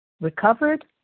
recovered